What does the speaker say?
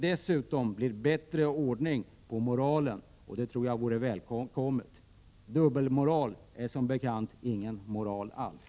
Dessutom blir det bättre ordning på moralen, och det tror jag vore välkommet. Dubbelmoral är som bekant ingen moral alls.